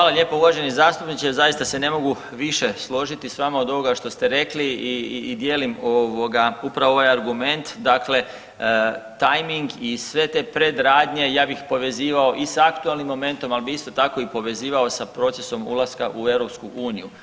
Hvala lijepo uvaženi zastupniče, zaista se ne mogu više složiti s vama od ovoga što ste rekli i dijelim ovoga upravo ovaj argument dakle tajming i sve te predradnje ja bih povezivao i s aktualnim momentom, al bi isto tako i povezivao sa procesom ulaska u EU.